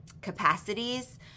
capacities